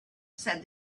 said